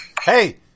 Hey